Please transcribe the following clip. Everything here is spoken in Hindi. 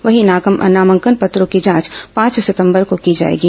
वहीं नामांकन पत्रों की जांच पांच सितंबर को की जाएगी